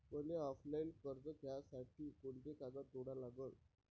मले ऑफलाईन कर्ज घ्यासाठी कोंते कागद जोडा लागन?